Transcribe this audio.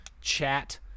chat